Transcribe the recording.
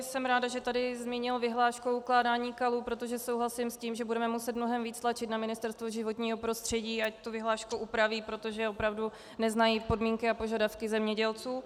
Jsem ráda, že tady zmínil vyhlášku o ukládání kalů, protože souhlasím s tím, že budeme muset mnohem více tlačit na Ministerstvo životního prostředí, aby tu vyhlášku upravilo, protože opravdu neznají podmínky a požadavky zemědělců.